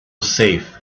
safe